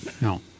No